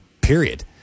period